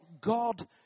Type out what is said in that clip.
God